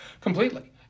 completely